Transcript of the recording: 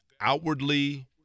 outwardly